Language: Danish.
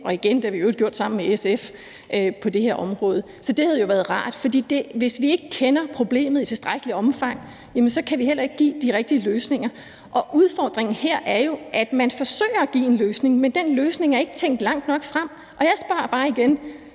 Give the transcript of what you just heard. og igen – det har vi i øvrigt gjort sammen med SF – på det her område. Så det havde været rart. For hvis vi ikke kender problemet i tilstrækkeligt omfang, så kan vi heller ikke give de rigtige løsninger, og udfordringen her er jo, at man forsøger at give en løsning, men den løsning er ikke tænkt langt nok frem. Jeg spørger bare igen: